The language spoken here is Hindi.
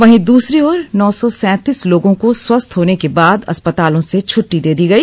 वहीं दूसरी ओर नौ सौ सैंतीस लोगों को स्वस्थ होने के बाद अस्पतालों से छट्टी दे दी गई